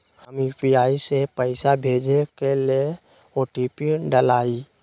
Ram UPI से पइसा भेजे के लेल ओ.टी.पी डाललई